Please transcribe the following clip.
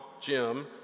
Jim